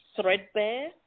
threadbare